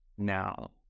now